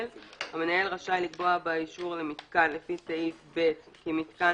(ג)המנהל רשאי לקבוע באישור למיתקן לפי סעיף קטן (ב) כי מיתקן